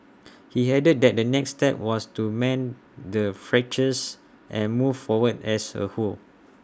he added that the next step was to mend the fractures and move forward as A whole